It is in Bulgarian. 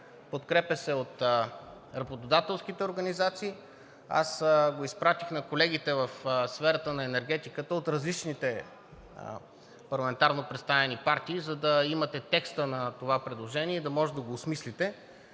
подкрепя се от работодателските организации. Аз го изпратих на колегите в сферата на енергетиката от различните парламентарно представени партии, за да имате текста на това предложение и да може да го осмислите,